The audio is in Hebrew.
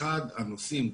אחד הנושאים,